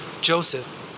Joseph